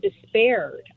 despaired